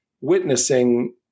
witnessing